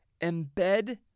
embed